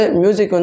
music